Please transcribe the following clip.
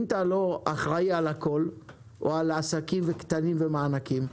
אם אתה לא אחראי על הכול או על עסקים קטנים ומענקים,